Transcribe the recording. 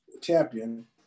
champion